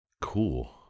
cool